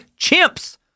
chimps